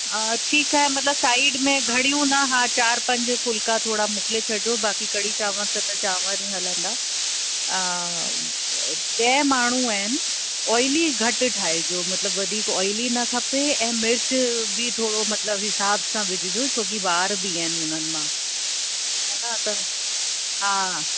ठीकु आहे मतलबु साइड में घणियूं न हा चार पंज फुल्का थोरा मोकिले छॾिजो बाक़ी कढ़ी चांवर सां त चांवर ही हलंदा ॾह माण्हू आहिनि ऑइली घटि ठाहे जो मतलबु वधीक ऑइली न खपे ऐं मिर्च बि थोरो मतलबु हिसाब सां विझिजो छो कि ॿार बि आहिनि हुननि मां हान त हा